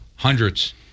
Hundreds